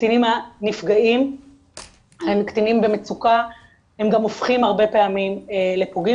הקטינים הנפגעים הם קטינים במצוקה הם גם הופכים הרבה פעמים לפוגעים